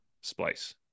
splice